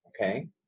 Okay